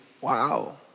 Wow